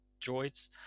droids